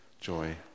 joy